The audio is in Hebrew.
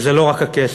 וזה לא רק הכסף,